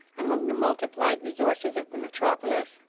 among the multiplied resources of the metropolis,